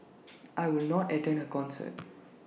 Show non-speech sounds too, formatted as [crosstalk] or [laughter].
[noise] I would not attend her concert